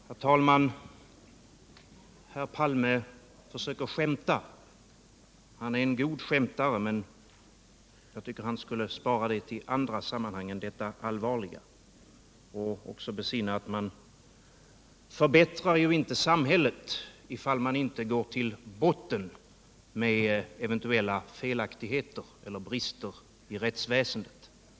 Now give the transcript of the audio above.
Herr talman! Herr Palme försöker skämta, och han är en god skämtare. Men jag tycker att han skulle spara det till andra sammanhang än detta allvarliga och också besinna att man inte förbättrar samhället, ifall man inte går till botten med eventuella felaktigheter eller brister i rättsväsendet.